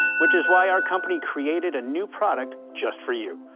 which is why our company created a new product just for you.